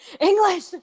English